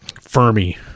Fermi